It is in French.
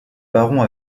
baron